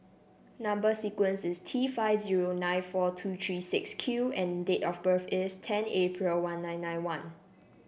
number sequence is T five zero nine four two three six Q and date of birth is ten April one nine nine one